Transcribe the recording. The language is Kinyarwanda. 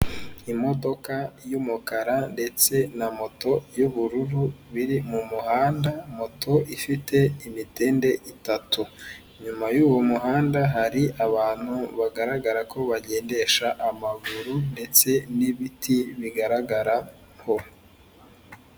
Imodoka y'umukara ndetse na moto y'ubururu biri mu muhanda moto ifite imitende itatu, inyuma y'uwo muhanda hari abantu bagaragara ko bagendesha amaguru ndetse n'ibiti bigaragaraho.